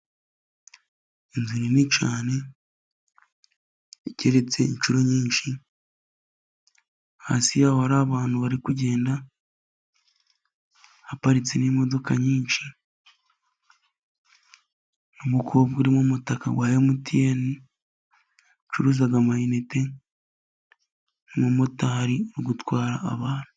Inzu nini cyane, igeretse inshuro nyinshi, hasi ya ho hari abantu bari kugenda, haparitse n'imodoka nyinshi, n'umukobwa uri mu mutaka wa Emutiyeni, urcuruza amayinite, n'umumotari uri gutwara abantu.